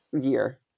year